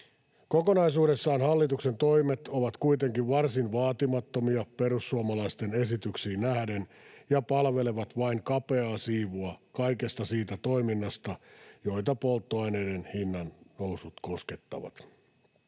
Kokonaisuudessaan hallituksen toimet ovat kuitenkin varsin vaatimattomia perussuomalaisten esityksiin nähden ja palvelevat vain kapeaa siivua kaikesta siitä toiminnasta, joita polttoaineiden hinnannousut koskettavat.